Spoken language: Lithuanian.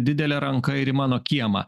didelė ranka ir į mano kiemą